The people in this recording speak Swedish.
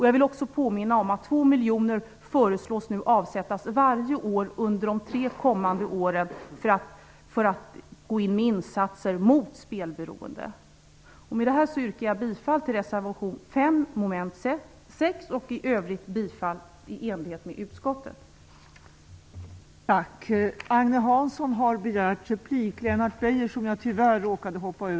Jag vill också påminna om att det nu föreslås att man avsätter 2 miljoner varje år under de tre kommande åren för insatser mot spelberoende. Med detta yrkar jag bifall till reservation 5, mom. 6. I övrigt yrkar jag bifall till utskottets hemställan.